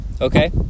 okay